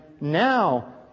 now